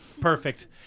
Perfect